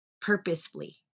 purposefully